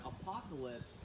apocalypse